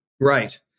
Right